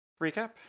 recap